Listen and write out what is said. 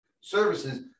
services